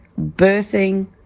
birthing